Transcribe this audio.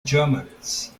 germans